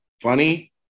funny